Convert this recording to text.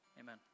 Amen